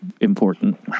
important